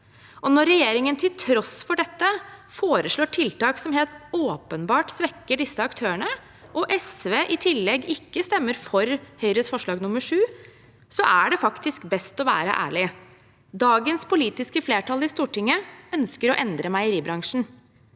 Når regjeringen til tross for dette foreslår tiltak som helt åpenbart svekker disse aktørene, og SV i tillegg ikke stemmer for Høyres forslag nr. 7, er det faktisk best å være ærlig: Dagens politiske flertall i Stortinget ønsker å endre meieribransjen.